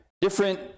different